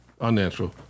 Unnatural